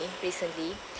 recently